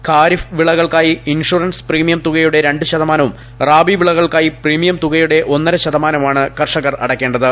ഖാരിഫ് വിളകൾക്കായി insurance premium തുകയുടെ രണ്ട് ശതമാനവും റാബി വിളകൾക്കായി പ്രീമിയം തുകയുടെ ഒന്നര ശതമാനവുമാണ് കർഷകർ അടയ്ക്കേണ്ടത്